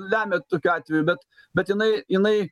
lemia tokiu atveju bet bet jinai jinai